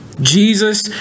Jesus